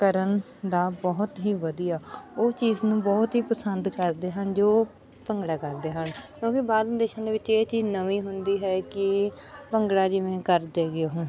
ਕਰਨ ਦਾ ਬਹੁਤ ਹੀ ਵਧੀਆ ਉਹ ਚੀਜ਼ ਨੂੰ ਬਹੁਤ ਹੀ ਪਸੰਦ ਕਰਦੇ ਹਨ ਜੋ ਭੰਗੜਾ ਕਰਦੇ ਹਨ ਕਿਉਂਕਿ ਬਾਹਰਲੇ ਦੇਸ਼ਾਂ ਦੇ ਵਿੱਚ ਇਹ ਚੀਜ਼ ਨਵੀਂ ਹੁੰਦੀ ਹੈ ਕਿ ਭੰਗੜਾ ਜਿਵੇਂ ਕਰਦੇ ਗੇ ਹੁਣ